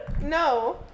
No